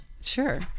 sure